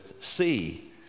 see